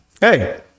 Hey